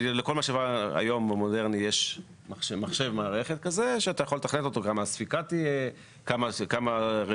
לכל משאבה היום יש מחשב מערכת שאפשר לתכנת את הספיקה של המשאבה,